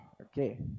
Okay